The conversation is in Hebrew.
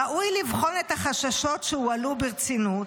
ראוי לבחון את החששות שהועלו ברצינות